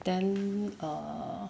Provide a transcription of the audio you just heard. then err